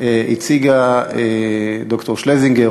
הציגה ד"ר שלזינגר,